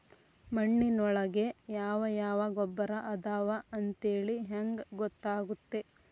ಮಣ್ಣಿನೊಳಗೆ ಯಾವ ಯಾವ ಗೊಬ್ಬರ ಅದಾವ ಅಂತೇಳಿ ಹೆಂಗ್ ಗೊತ್ತಾಗುತ್ತೆ?